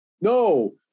No